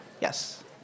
Yes